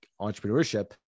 entrepreneurship